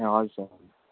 हजुर सर हजुर